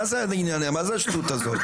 מה זו השטות הזאת?